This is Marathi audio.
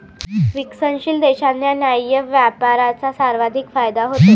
विकसनशील देशांना न्याय्य व्यापाराचा सर्वाधिक फायदा होतो